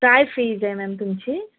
काय फीज आहे मॅम तुमची